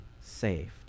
saved